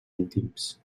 íntims